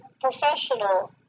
professional